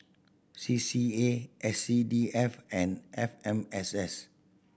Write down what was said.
C C A S C D F and F M S S